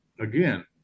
again